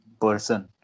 person